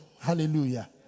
Hallelujah